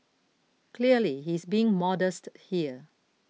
clearly he's being modest here